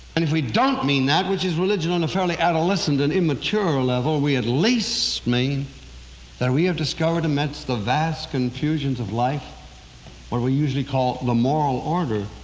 and if we don't mean that, which is religion on a fairly adolescent and immature level, we at least mean that we have discovered amidst the vast confusions of life what we usually call the moral order